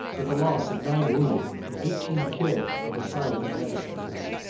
with the loss of nine wounded and eighteen killed on the side of their adversaries.